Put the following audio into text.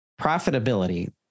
profitability